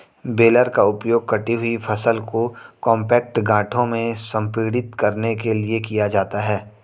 baler का उपयोग कटी हुई फसल को कॉम्पैक्ट गांठों में संपीड़ित करने के लिए किया जाता है